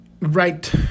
right